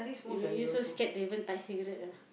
they make you so scared to even touch cigarette ah